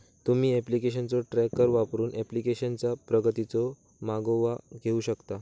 तुम्ही ऍप्लिकेशनचो ट्रॅकर वापरून ऍप्लिकेशनचा प्रगतीचो मागोवा घेऊ शकता